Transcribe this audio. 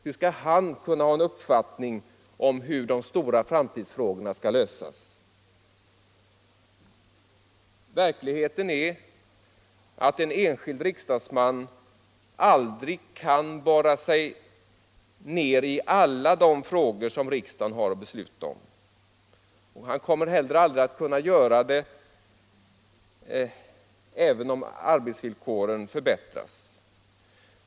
Hur skall han kunna ha en uppfattning om hur de stora framtidsfrågorna skall lösas? Verkligheten är att den enskilde riksdagsmannen aldrig kan borra sig ner i alla de frågor som riksdagen har att besluta om. Han kommer heller aldrig att kunna göra det även om arbetsvillkoren förbättras.